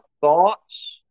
thoughts